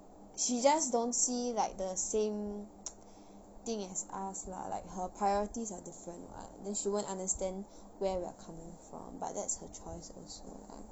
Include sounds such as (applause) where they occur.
she just don't see like the same (noise) thing as us lah like her priorities are different [what] then she won't understand where we are coming from but that's her choice also lah